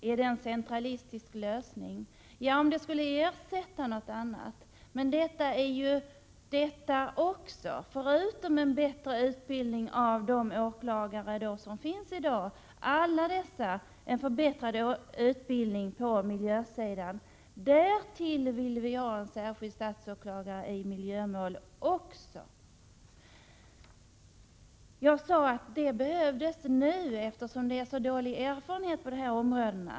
Är det en centralistisk lösning? Ja, om det skulle ersätta något annat. Men detta är ju utöver en förbättrad utbildning av de åklagare som finns i dag. Alla dessa får en förbättrad utbildning på miljösidan, och därtill vill vi också ha en särskild statsåklagare i miljömål. Jag sade att detta behövdes nu, eftersom det finns så dåliga erfarenheter på dessa områden.